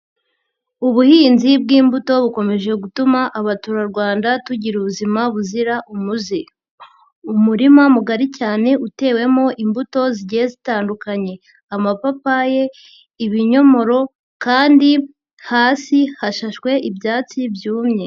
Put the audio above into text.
Ubuhinzi bw'imbuto bukomeje gutuma abaturarwanda tugira ubuzima buzira umuze. Umurima mugari cyane utewemo imbuto zigiye zitandukanye amapapaye, ibinyomoro kandi hasi hashashwe ibyatsi byumye.